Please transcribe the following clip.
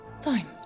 Fine